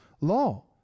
law